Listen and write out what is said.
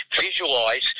visualize